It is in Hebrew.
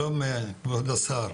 שלום, כבוד השר.